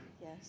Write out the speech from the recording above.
Yes